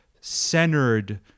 centered